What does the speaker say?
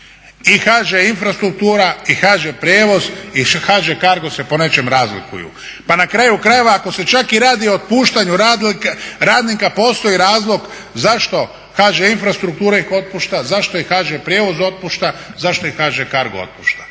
I HŽ infrastruktura, i HŽ prijevoz i HŽ CARGO se po nečem razlikuju. Pa na kraju krajeva ako se čak i radi o opuštanju radnika postoji razlog zašto HŽ infrastruktura ih otpušta, zašto ih HŽ prijevoz otpušta, zašto ih HŽ CARGO otpušta.